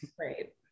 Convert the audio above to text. Right